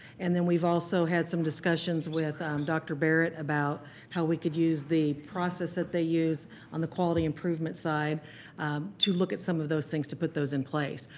and then we've also had some discussions with um dr. barrett about how we could use the process that they use on the quality improvement side to look at some of those things to put those in place.